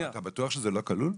אתה בטוח שזה לא כלול?